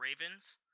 Ravens